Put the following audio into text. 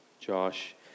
Josh